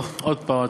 עוד פעם,